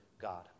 God